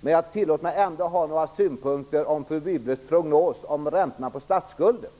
Men jag tillåter mig ändå ha några synpunkter på fru Wibbles prognos om räntorna på statsskulden.